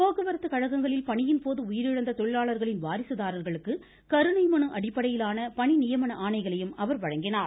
போக்குவரத்துக் கழகங்களில் பணியின் போது உயிரிழந்த தொழிலாளர்களின் வாரிசுதாரர்களுக்கு கருணை மனு அடிப்படையிலான பணிநியமன ஆணைகளையும் அவர் வழங்கினார்